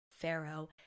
pharaoh